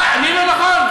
מה, אני, לא נכון?